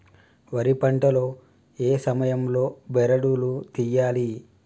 వరి పంట లో ఏ సమయం లో బెరడు లు తియ్యాలి?